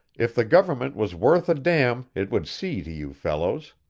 if the government was worth a damn it would see to you fellows.